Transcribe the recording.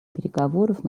переговоров